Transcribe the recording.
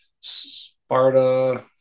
Sparta –